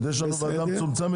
נכון, העבר זאת לוועדה המצומצמת.